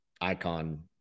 icon